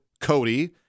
Cody